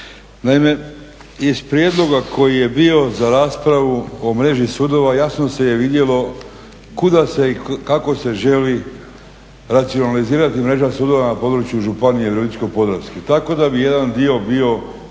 naime iz prijedloga koji je bio za raspravu o mreži sudova jasno se je vidjelo kuda se i kako se želi racionalizirati mreža sudova na području Županije virovitičko-podravske, tako da bi jedan dio bio